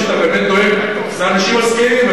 וחשבתי שאתה באמת דואג לאנשים הזקנים.